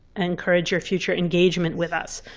encourage your future engagement with us.